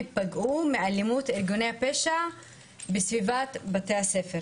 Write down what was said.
ייפגעו מאלימות ארגוני הפשע בסביבות בתי-הספר.